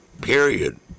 Period